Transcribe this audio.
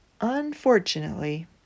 Unfortunately